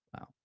Wow